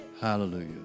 Hallelujah